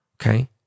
okay